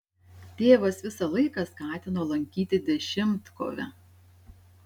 tėvas visą laiką skatino lankyti dešimtkovę